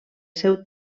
seu